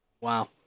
Wow